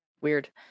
weird